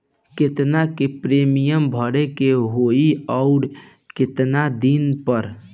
केतना के प्रीमियम भरे के होई और आऊर केतना दिन पर?